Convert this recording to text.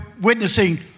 witnessing